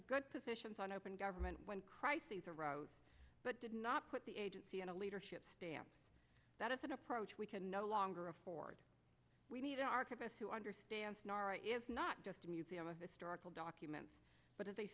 good positions on open government when crises arose but did not put the agency in a leadership stamp that is an approach we can no longer afford we need an archivist who understands nara is not just a museum of historical documents but